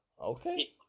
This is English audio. Okay